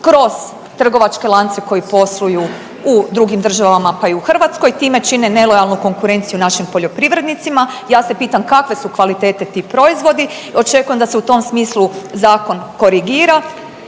kroz trgovačke lance koji posluju u drugim državama, pa i u Hrvatskoj. Time čine nelojalnu konkurenciju našim poljoprivrednicima. Ja se pitam kakve su kvalitete ti proizvodi i očekujem da se u tom smislu zakon korigira.